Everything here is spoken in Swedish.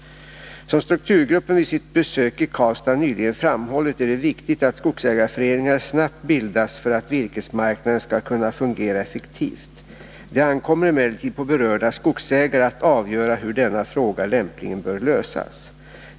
Som strukturgruppen vid sitt besök i Karlstad nyligen framhållit är det viktigt att skogsägarföreningar snabbt bildas för att virkesmarknaden skall kunna fungera effektivt. Det ankommer emellertid på berörda skogsägare att avgöra hur denna fråga lämpligen bör lösas.